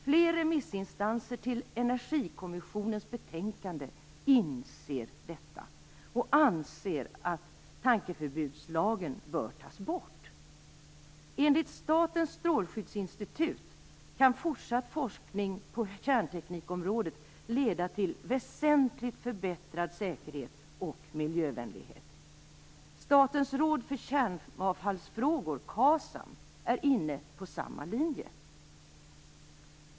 Flera remissinstanser i samband med Energikommissionens betänkande inser detta och anser att tankeförbudslagen bör tas bort. Enligt Statens strålskyddsinistitut kan fortsatt forskning på kärnteknikområdet leda till en väsentligt förbättrad säkerhet och miljövänlighet. Statens råd för kärnavfallsfrågor, KASAM, är inne på samma linje.